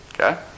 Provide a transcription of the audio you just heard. Okay